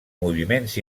moviments